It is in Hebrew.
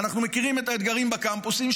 ואנחנו מכירים את האתגרים בקמפוסים,